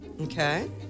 Okay